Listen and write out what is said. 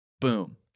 Boom